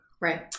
Right